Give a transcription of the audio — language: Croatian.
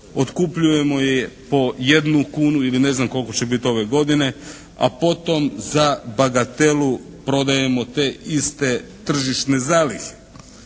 otkupljujemo je po jednu kunu ili ne znam, koliko će biti ove godine, a potom za bagatelu prodajemo te iste tržišne zalihe.